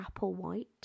Applewhite